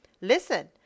Listen